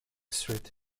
street